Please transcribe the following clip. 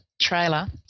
trailer